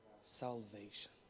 salvation